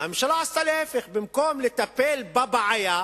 הממשלה עשתה את ההיפך, ובמקום לטפל בבעיה,